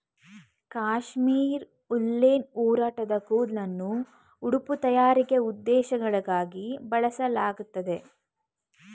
ಕಾಶ್ಮೀರ್ ಉಲ್ಲೆನ್ನ ಒರಟಾದ ಕೂದ್ಲನ್ನು ಉಡುಪು ತಯಾರಿಕೆ ಉದ್ದೇಶಗಳಿಗಾಗಿ ಬಳಸಲಾಗ್ತದೆ